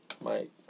Mike